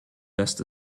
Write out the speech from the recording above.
lässt